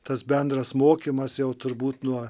tas bendras mokymas jau turbūt nuo